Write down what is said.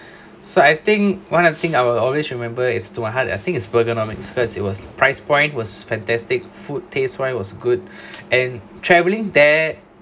so I think one of the thing I will always remember is to my heart I think it's Burgernomics cause it was price point it was fantastic food tastes wise was good and travelling there